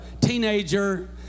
teenager